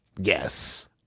Yes